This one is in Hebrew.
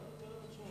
זה לא על התעריף הזול.